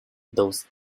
those